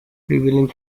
revealing